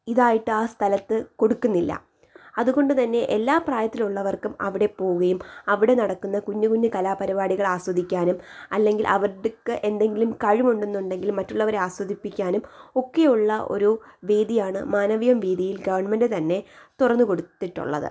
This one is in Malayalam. ഇതായിട്ട് ആ സ്ഥലത്ത് കൊടുക്കുന്നില്ല അതുകൊണ്ടുതന്നെ എല്ലാ പ്രായത്തിലുള്ളവർക്കും അവിടെ പോവുകയും അവിടെ നടക്കുന്ന കുഞ്ഞു കുഞ്ഞു കലാപരിപാടികൾ ആസ്വദിക്കാനും അല്ലെങ്കിൽ അവരുടെയൊക്കെ എന്തെങ്കിലും കഴിവുണ്ടെന്നുണ്ടെങ്കിൽ മറ്റുള്ളവരെ ആസ്വദിപ്പിക്കാനും ഒക്കെയുള്ള ഒരു വീഥിയാണ് മാനവീയം വീഥിയിൽ ഗവണ്മെൻ്റ് തന്നെ തുറന്ന് കൊടുത്തിട്ടുള്ളത്